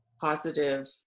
positive